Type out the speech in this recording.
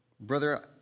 Brother